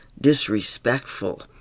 disrespectful